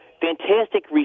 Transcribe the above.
fantastic